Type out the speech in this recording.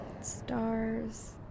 stars